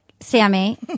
Sammy